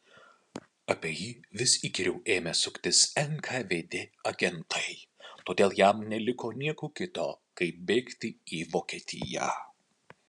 apie jį vis įkyriau ėmė suktis nkvd agentai todėl jam neliko nieko kito kaip bėgti į vokietiją